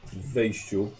wejściu